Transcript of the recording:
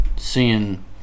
Seeing